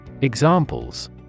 Examples